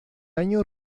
año